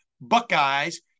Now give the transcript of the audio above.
Buckeyes